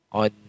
on